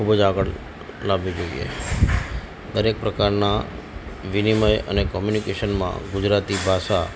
ખૂબ જ આગળ લાવવી જોઈએ દરેક પ્રકારના વિનિમય અને કમ્યુનિકેશનમાં ગુજરાતી ભાષા